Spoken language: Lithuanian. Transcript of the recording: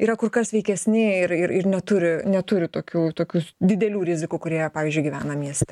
yra kur kas sveikesni ir ir ir neturi neturi tokių tokių didelių rizikų kurie pavyzdžiui gyvena mieste